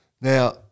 Now